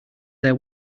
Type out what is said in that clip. their